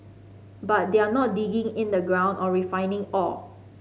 but they're not digging in the ground or refining ore